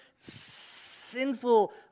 sinful